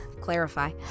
clarify